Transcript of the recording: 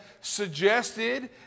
suggested